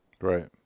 right